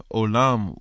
olam